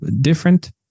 different